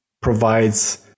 provides